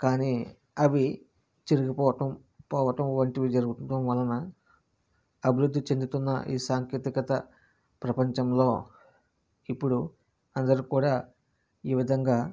కానీ అవి చిరిగిపోవటం పోవటం వంటివి జరుగుతూ ఉండటం వలన అభివృద్ధి చెందుతున్న ఈ సాంకేతికత ప్రపంచంలో ఇప్పుడు అందరు కూడా ఈ విధంగా